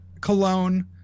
cologne